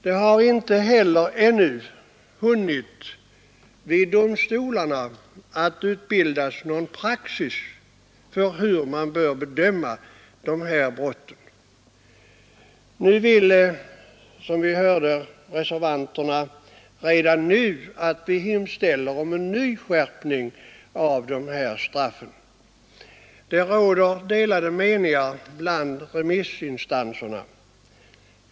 Det har inte heller hunnit utbildas någon praxis vid domstolarna för bedömningen av dessa brott. Som vi hörde vill reservanterna att vi redan nu hemställer om en ny skärpning av straffen. Det råder delade meningar bland remissinstanserna.